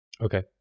Okay